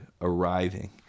arriving